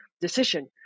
decision